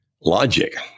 Logic